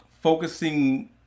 focusing